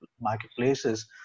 marketplaces